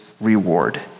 reward